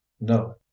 No